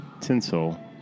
tinsel